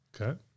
Okay